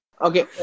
okay